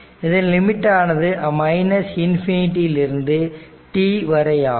இதன் லிமிட் ஆனது ∞ இலிருந்து t வரையாகும்